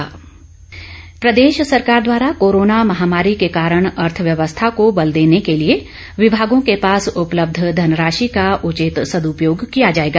प्रश्नकाल प्रदेश सरकार द्वारा कोरोना महामारी के कारण अर्थव्यवस्था को बल देने के लिए विभागों के पास उपलब्ध धनराशि का उचित सदूपयोग किया जाएगा